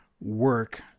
work